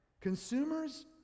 Consumers